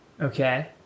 okay